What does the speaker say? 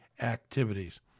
activities